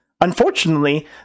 unfortunately